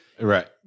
right